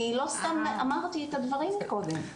אני לא סתם אמרתי את הדברים קודם.